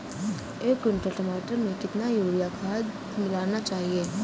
एक कुंटल मटर में कितना यूरिया खाद मिलाना चाहिए?